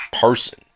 person